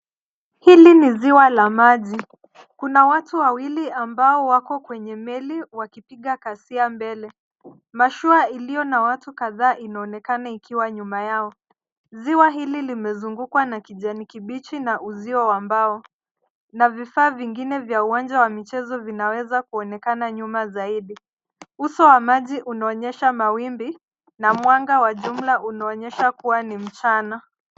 Hili ni ziwa la maji, kuna watu wawili ambao wako kwenye meli wakipiga kasia mbele, mashua iliyo na watu kadhaa inaonekana ikiwa nyuma yao. Ziwa hili limezungukwa na kijani kibichi na uzio wa mbao na vifaa vingine vya uwanja wa michezo vinaweza kuonekana nyuma zaidi, uso wa maji unaonyesha mawimbi na mwanga wa jumla unaonyesha kuwa ni mchana.